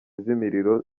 z’imiriro